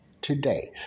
today